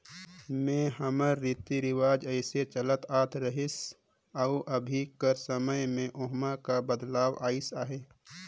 में हमर रीति रिवाज कइसे चलत आत रहिस अउ अभीं कर समे में ओम्हां का बदलाव अइस अहे